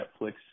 Netflix